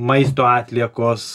maisto atliekos